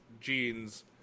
jeans